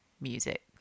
music